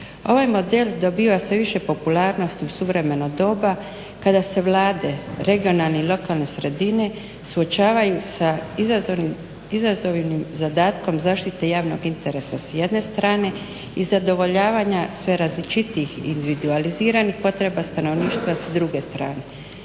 Ovaj model dobiva sve više popularnosti u suvremeno doba kada se vlade regionalne i lokalne sredine suočavaju sa izazovnim zadatkom zaštitom javnog interesa s jedne strane i zadovoljavanja sve različitijih individualiziranih potreba stanovništva s druge strane.